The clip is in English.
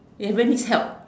never needs help